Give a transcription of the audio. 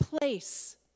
place